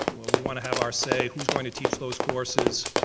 we want to have our say, who's going to teach those courses?